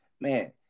man